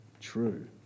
true